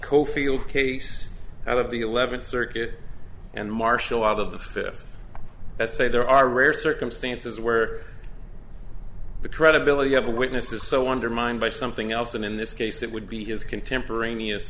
coalfield case out of the eleventh circuit and marshall out of the fifth let's say there are rare circumstances where the credibility of a witness is so undermined by something else and in this case it would be his contemporaneous